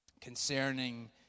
concerning